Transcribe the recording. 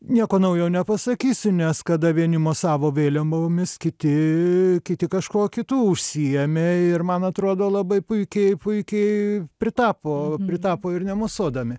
nieko naujo nepasakysiu nes kada vieni mosavo vėliavomis kiti kiti kažkuo kitu užsiėmė ir man atrodo labai puikiai puikiai pritapo pritapo ir nemosuodami